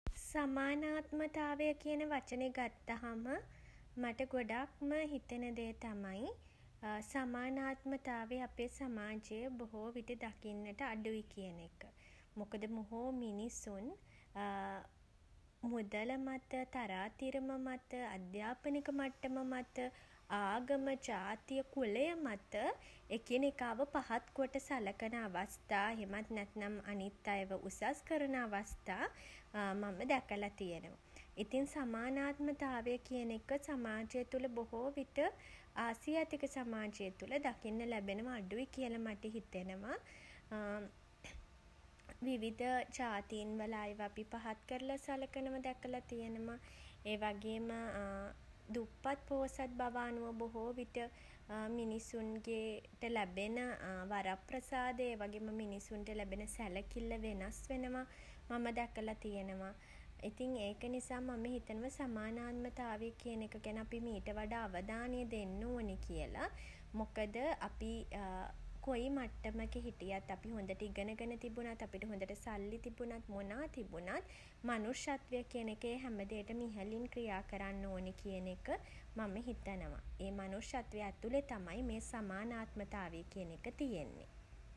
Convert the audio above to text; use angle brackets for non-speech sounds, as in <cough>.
සමානාත්මතාවය කියන වචනය ගත්තහම <hesitation> මට ගොඩක්ම <hesitation> හිතෙන දේ තමයි <hesitation> සමානාත්මතාවය අපේ සමාජයේ බොහෝ විට දකින්නට අඩුයි කියන එක. මොකද බොහෝ මිනිසුන් <hesitation> මුදල් මත <hesitation> තරාතිරම මත <hesitation> අධ්‍යාපනික මට්ටම මත <hesitation> ආගම <hesitation> ජාතිය <hesitation> කුලය මත <hesitation> එකිනෙකාව පහත් කොට සලකන අවස්ථා එහෙමත් නැත්නම් අනිත් අයව උසස් කරන අවස්ථා <hesitation> මම දැකලා තියෙනවා. ඉතින් සමානාත්මතාවය කියන එක සමාජය තුළ බොහෝ විට <hesitation> ආසියාතික සමාජය තුළ දකින්න ලැබෙනවා අඩුයි කියලා මට හිතෙනවා. <hesitation> විවිධ <hesitation> ජාතීන් වල අයව අපි පහත් කරලා සලකන දැකල තියෙනව. ඒ වගේම <hesitation> දුප්පත් පෝසත් බව අනුව බොහෝ විට <hesitation> මිනිසුන්ගේ <hesitation> ට ලැබෙන <hesitation> වරප්‍රසාද ඒ වගේම මිනිසුන්ට ලැබෙන සැලකිල්ල වෙනස් වෙනවා මම දැකලා තියෙනවා. ඉතින් ඒක නිසා මම හිතනවා සමානාත්මතාවය කියන එක ගැන අපි මීට වඩා අවධානය දෙන්න ඕනේ කියල. මොකද <hesitation> අපි <hesitation> කොයි මට්ටමක හිටියත් අපි හොඳට ඉගෙන ගෙන තිබුණත් අපිට හොඳට සල්ලි තිබුනත් මොනා තිබුණත් <hesitation> මනුෂ්‍යත්වය කියන එක ඒ හැමදේටම ඉහළින් ක්‍රියා කරන්න ඕනේ කියන එක <hesitation> මම හිතනවා. ඒ මනුෂ්‍යත්වය ඇතුළේ තමයි මේ සමානාත්මතාවය කියන එක තියෙන්නේ.